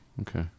Okay